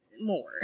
more